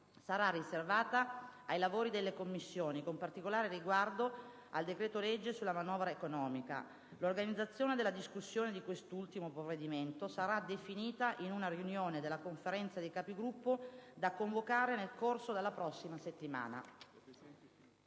sarà riservata ai lavori delle Commissioni, con particolare riguardo al decreto-legge sulla manovra economica. L'organizzazione della discussione di quest'ultimo provvedimento sarà definita in una riunione della Conferenza dei Capigruppo da convocare nel corso della prossima settimana.